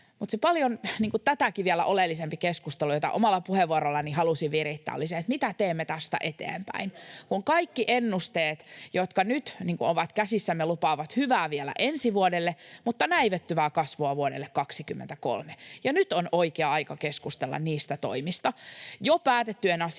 tätäkin oleellisempi keskustelu, jota omalla puheenvuorollani halusin virittää, oli se, mitä teemme tästä eteenpäin. [Ben Zyskowicz: Hyvä!] Kaikki ennusteet, jotka nyt ovat käsissämme, lupaavat hyvää vielä ensi vuodelle mutta näivettyvää kasvua vuodelle 23, ja nyt on oikea aika keskustella niistä toimista, jo päätettyjen asioiden